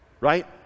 right